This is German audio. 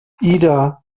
ida